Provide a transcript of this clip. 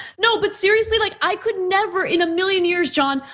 no, but seriously, like i could never in million years, john,